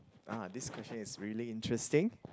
ah this question is really interesting